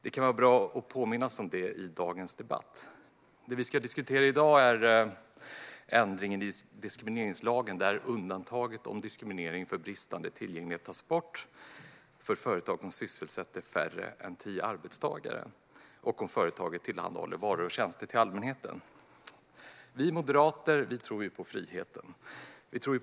Det kan vara bra att påminnas om det i dagens debatt. Det vi ska diskutera i dag är ändringen i diskrimineringslagen, där undantaget om diskriminering för bristande tillgänglighet tas bort för företag som sysselsätter färre än tio arbetstagare om företaget tillhandahåller varor och tjänster till allmänheten. Vi moderater tror på friheten för alla människor.